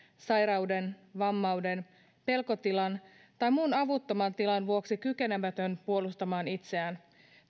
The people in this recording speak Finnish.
sairauden vammauden pelkotilan tai muun avuttoman tilan vuoksi kykenemätön puolustamaan itseään